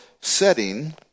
setting